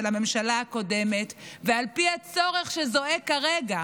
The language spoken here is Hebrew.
הממשלה הקודמת ועל פי הצורך שזועק כרגע?